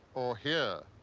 or here,